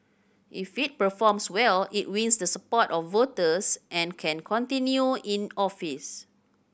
if it performs well it wins the support of voters and can continue in office